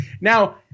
now